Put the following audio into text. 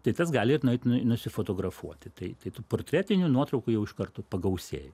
tai tas gali ir nueit nusifotografuoti tai tai tų portretinių nuotraukų jau iš karto pagausėjo